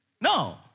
No